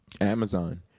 Amazon